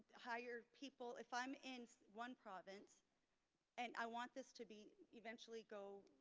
hire people, if i'm in one province and i want this to be, eventually go,